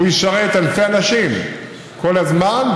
והוא ישרת אלפי אנשים כל הזמן,